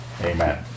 Amen